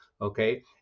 okay